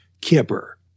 kipper